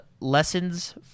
lessons